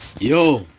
Yo